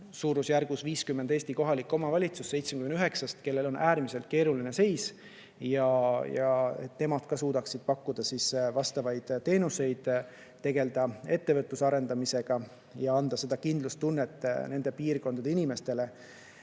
suurusjärgus 50 Eesti kohalikku omavalitsust 79-st –, kellel on äärmiselt keeruline seis, et nemad ka suudaksid pakkuda vastavaid teenuseid, tegelda ettevõtluse arendamisega ja anda nende piirkondade inimestele